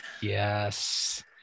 yes